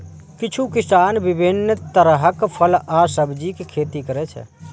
किछु किसान विभिन्न तरहक फल आ सब्जीक खेती करै छै